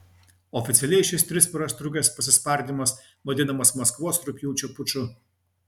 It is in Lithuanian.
oficialiai šis tris paras trukęs pasispardymas vadinamas maskvos rugpjūčio puču